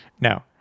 no